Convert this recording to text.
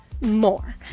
more